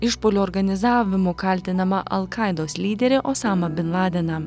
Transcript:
išpuolio organizavimu kaltinamą alkaidos lyderį osamą bin ladeną